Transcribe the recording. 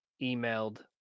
emailed